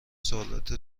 سوالات